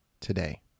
today